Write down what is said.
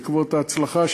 בעקבות ההצלחה,